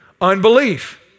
Unbelief